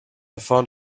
found